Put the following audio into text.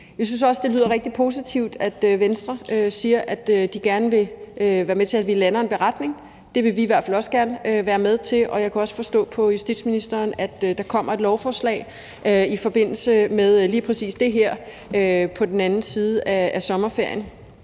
Vi synes også, det lyder rigtig positivt, at Venstre siger, at de gerne vil være med til, at vi lander en beretning. Det vil vi i hvert fald også gerne være med til, og jeg kunne også forstå på justitsministeren, at der på den anden side af sommerferien